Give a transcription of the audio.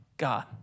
God